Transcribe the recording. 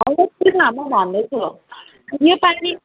होइन सुन न म भन्दै छु यो पालि